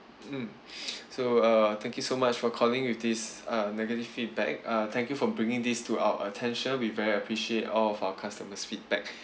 mm so uh thank you so much for calling with this uh negative feedback uh thank you for bringing this to our attention we very appreciate all of our customers' feedback